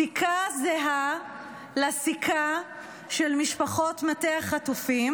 סיכה זהה לסיכה של משפחות מטה החטופים,